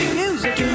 music